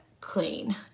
clean